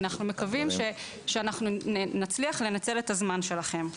אנחנו מקווים שאנחנו נצליח לנצל את הזמן שלכם.